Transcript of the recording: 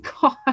god